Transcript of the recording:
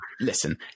Listen